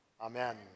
Amen